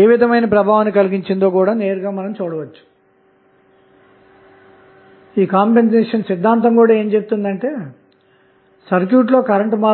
ఇప్పుడు 1 m A current source అన్నది node a నుండి బయటకు వెళ్తున్న కరెంటు తప్ప